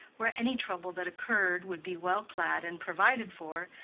where any trouble that occurred would be well clad and provided for,